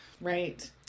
right